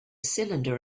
cylinder